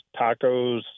tacos